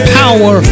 power